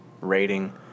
rating